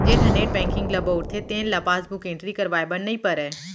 जेन हर net banking ल बउरथे तेन ल पासबुक एंटरी करवाए बर नइ परय